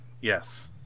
Yes